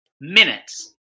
minutes